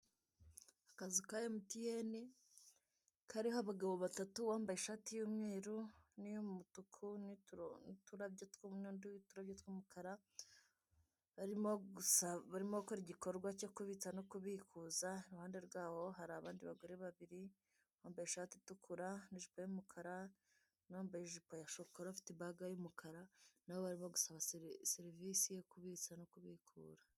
Akazu ka emutiyeni kariho abagabo batatu bambaye ishati y'umweru n'iy'umutuku n'uturabyo tw'umukara barimo barimo gukora igikorwa cyo kubitsa no kubikuza, iruhande rwabo hari abandi bagore babiri uwambaye ishati itukura n'ijipo y'umukara n'uwambaye ijipo ya shokora ufite ibaga y'umukara y'umukara nabo barimo gusaba serivisi yo kubitsa no kubikura.